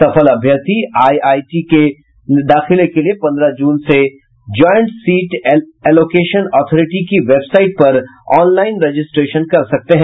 सफल अभ्यर्थी आईआईटी में दाखिले के लिये पंद्रह जून से ज्वाइंट सीट एलोकेशन ऑथिरिटी की वेबसाइट पर ऑनलाइन रजिस्ट्रेशन कर सकते हैं